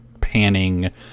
panning